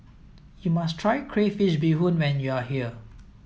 you must try crayfish beehoon when you are here